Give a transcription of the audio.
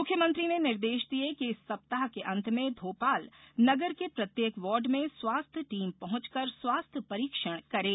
मुख्यमंत्री ने निर्देश दिए कि इस सप्ताह के अंत में भोपाल नगर के प्रत्येक वार्ड में स्वास्थ्य टीम पहुंचकर स्वास्थ्य परीक्षण करें